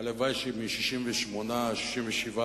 והלוואי שמ-67 יהיה